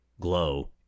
glow